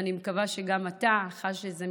ואני מקווה שגם אתה חש את זה,